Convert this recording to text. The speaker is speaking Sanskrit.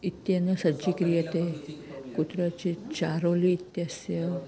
इत्येनेन सज्जीक्रियते कुत्रचित् चारोली इत्यस्य